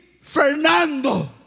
Fernando